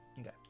Okay